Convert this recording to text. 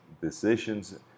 decisions